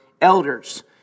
elders